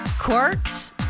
Quirks